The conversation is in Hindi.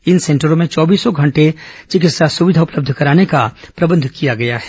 इन सेंटरों में चौबीसों घंटों विकित्सा सुविधा उपलब्ध कराने का प्रबंध किया गया है